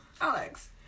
Alex